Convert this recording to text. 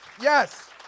Yes